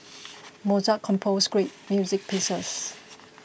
Mozart composed great music pieces